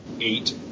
eight